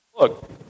look